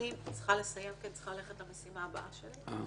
אני צריכה לסיים כי אני צריכה ללכת למשימה הבאה שלי.